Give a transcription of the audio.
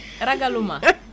Ragaluma